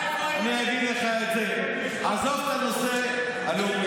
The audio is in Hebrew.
אני אגיד לך את זה: עזוב את הנושא הלאומי.